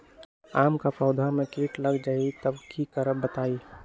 आम क पौधा म कीट लग जई त की करब बताई?